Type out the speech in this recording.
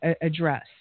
address